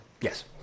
Yes